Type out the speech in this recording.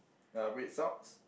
uh red socks